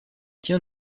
tiens